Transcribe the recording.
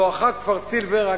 בואכה כפר-סילבר,